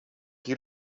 chi